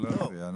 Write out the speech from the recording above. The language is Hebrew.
לא, לא להפריע.